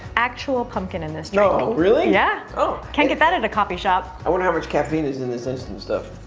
actual pumpkin in this drink. no! really? yeah. oh! can't get that at a coffee shop. i wonder how much caffeine is in this instant stuff?